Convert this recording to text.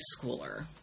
schooler